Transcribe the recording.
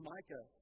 Micah